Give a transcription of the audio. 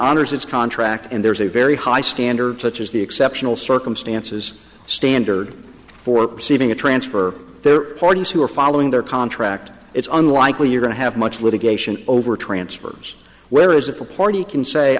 honors its contract and there's a very high standard such as the exceptional circumstances standard for perceiving a transfer their parties who are following their contract it's unlikely you're going to have much litigation over transfers whereas if a party can say